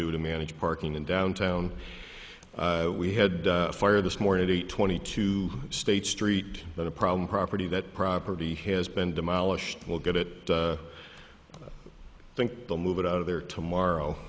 do to manage parking in downtown we had a fire this morning eight twenty two states street that a problem property that property has been demolished will get it i think they'll move it out of there tomorrow